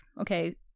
okay